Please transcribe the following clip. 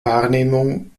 wahrnehmung